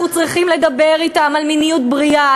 אנחנו צריכים לדבר אתם על מיניות בריאה,